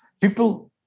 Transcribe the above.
People